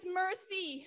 mercy